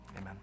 amen